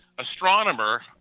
astronomer